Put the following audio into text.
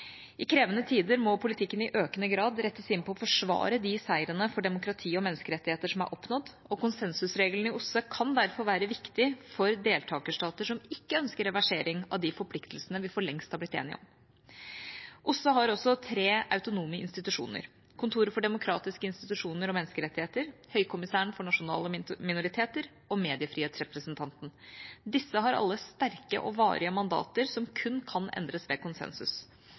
I krevende tider må politikken i økende grad rettes inn mot å forsvare de seirene for demokrati og menneskerettigheter som er oppnådd. Konsensusregelen i OSSE kan derfor være viktig for deltakerstater som ikke ønsker reversering av de forpliktelsene vi for lengst har blitt enige om. OSSE har også tre autonome institusjoner: kontoret for demokratiske institusjoner og menneskerettigheter, høykommissæren for nasjonale minoriteter og mediefrihetsrepresentanten. Disse har alle sterke og varige mandater som kun kan endres ved konsensus.